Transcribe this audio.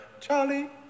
Charlie